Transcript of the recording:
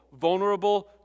vulnerable